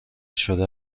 شده